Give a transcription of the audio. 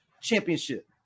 championship